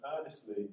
earnestly